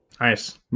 Nice